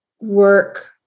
work